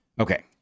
Okay